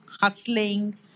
hustling